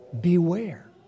Beware